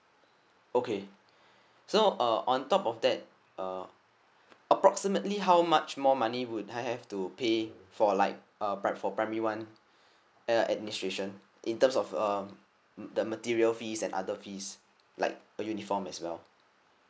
okay so uh on top of that uh approximately how much more money would I have to pay for like a pri~ for primary one uh administration in terms of uh the material fees and other fees like a uniform as well